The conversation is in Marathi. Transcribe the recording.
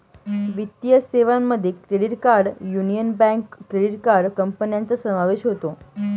वित्तीय सेवांमध्ये credit card union bank credit card कंपन्यांचा समावेश होतो